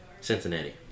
Cincinnati